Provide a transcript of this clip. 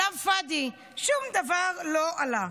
כלאם פאדי, שום דבר לא עלה.